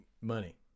money